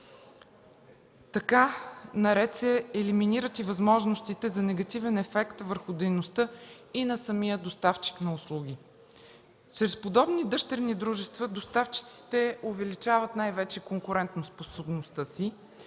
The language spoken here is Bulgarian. Така се елиминират и възможностите за негативен ефект върху дейността и на самия доставчик на услуги. Чрез подобни дъщерни дружества доставчиците увеличават най-вече конкурентоспособността си